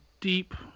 deep